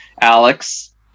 Alex